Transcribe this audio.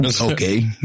Okay